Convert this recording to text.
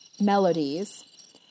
Melodies